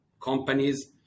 companies